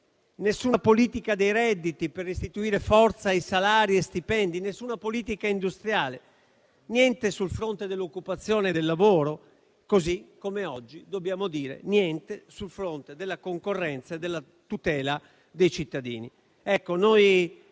nessuna politica dei redditi per restituire forza a salari e stipendi; nessuna politica industriale; niente sul fronte dell'occupazione e del lavoro; così come oggi dobbiamo dire niente sul fronte della concorrenza e della tutela dei cittadini.